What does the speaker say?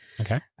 Okay